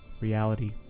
reality